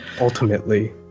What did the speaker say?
ultimately